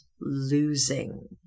losing